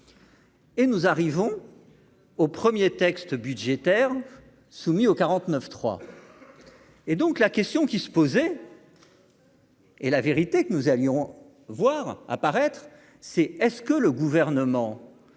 Et nous arrivons au 1er texte budgétaire soumis au 49 3 et donc la question qui se poser. Et la vérité que nous allions voir apparaître, c'est est-ce que le gouvernement